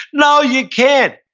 no, you can't.